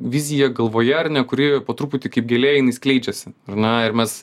viziją galvoje ar ne kuri po truputį kaip gėlė inai skleidžiasi ar ne ir mes